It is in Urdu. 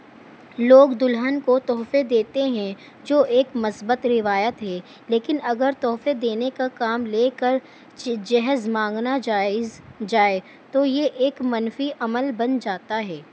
لوگ دلہن کو تحفے دیتے ہیں جو ایک مثبت روایت ہے لیکن اگر تحفے دینے کا کام لے کر جہیز مانگنا جاٮٔز جائے تو یہ ایک منفی عمل بن جاتا ہے